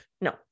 no